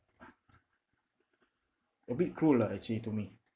a bit cruel lah actually to me